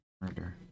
Murder